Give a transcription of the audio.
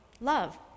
love